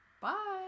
Bye